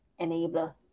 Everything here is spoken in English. enabler